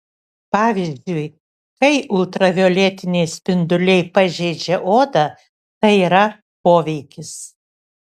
pavyzdžiui kai ultravioletiniai spinduliai pažeidžia odą tai yra poveikis